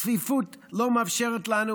צפיפות לא מאפשרת לנו